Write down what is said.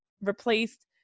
replaced